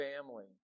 family